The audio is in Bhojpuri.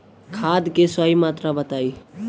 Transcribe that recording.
खाद के सही मात्रा बताई?